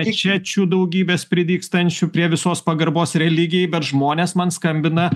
mečečių daugybės pridygstančių prie visos pagarbos religijai bet žmonės man skambina